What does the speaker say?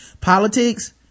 politics